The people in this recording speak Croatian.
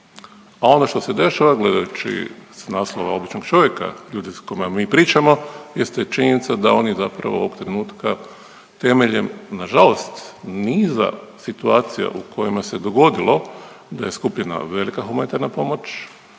a ono što se dešava, gledajući s naslova običnog čovjeka, ljudima s kojima mi pričamo jeste činjenica da oni zapravo ovog trenutka temeljem, nažalost niza situacija u kojima se dogodilo da je skupljena velika humanitarna pomoć,